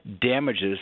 damages